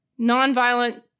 nonviolent